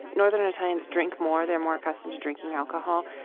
northern italians drink more they're more accustomed to drinking alcohol.